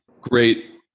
great